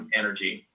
energy